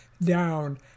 down